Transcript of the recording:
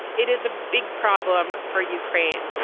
it is a big problem for ukraine.